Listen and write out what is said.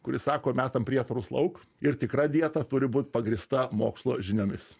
kuri sako metam prietarus lauk ir tikra dieta turi būt pagrįsta mokslo žiniomis